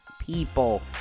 people